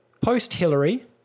Post-Hillary